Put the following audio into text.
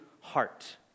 heart